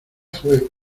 fue